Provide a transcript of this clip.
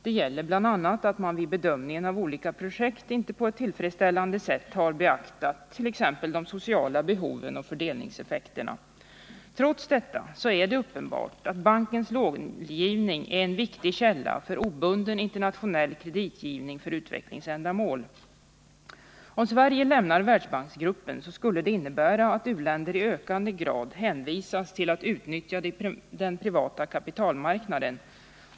Det gäller bl.a. att man vid bedömningen av olika projekt inte på ett tillfredsställande sätt har beaktat t.ex. de sociala behoven och fördelningseffekterna. Trots detta är det uppenbart att bankens långivning är en viktig källa för obunden internationell kreditgivning för utvecklingsändamål. Om Sverige lämnar Världsbanksgruppen skulle det innebära att u-länder i ökande grad hänvisas till att utnyttja den privata kapitalmarknaden.